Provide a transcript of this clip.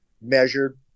measured